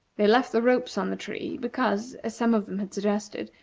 they left the ropes on the tree because, as some of them had suggested,